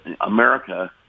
America –